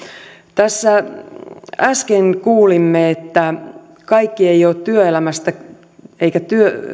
tässä äsken kuulimme että kaikki eivät ole työelämästä eivätkä